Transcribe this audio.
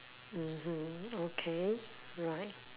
mmhmm okay right